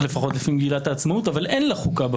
לפחות לפי מגילת העצמאות אבל בפועל אין לה חוקה.